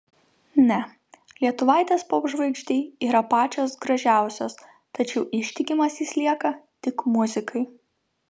ne lietuvaitės popžvaigždei yra pačios gražiausios tačiau ištikimas jis lieka tik muzikai